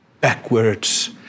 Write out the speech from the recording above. backwards